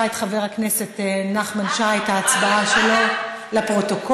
את הנושא לוועדה המשותפת לוועדת העבודה, הרווחה